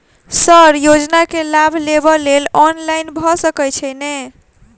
Sir योजना केँ लाभ लेबऽ लेल ऑनलाइन भऽ सकै छै नै?